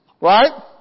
Right